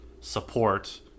support